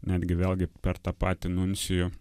netgi vėlgi per tą patį nuncijų